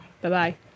Bye-bye